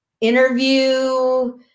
interview